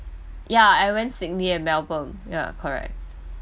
ya I went sydney and melbourne yeah correct